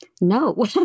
No